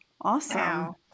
Awesome